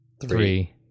three